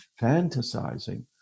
fantasizing